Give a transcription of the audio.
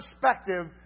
perspective